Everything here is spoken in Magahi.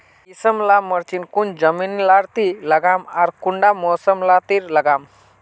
किसम ला मिर्चन कौन जमीन लात्तिर लगाम आर कुंटा मौसम लात्तिर लगाम?